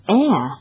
air